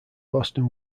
boston